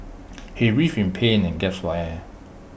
he writhed in pain and gasped for air